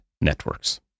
networks